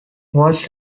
walsh